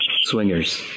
swingers